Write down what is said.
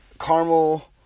caramel